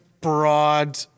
broad